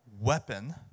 weapon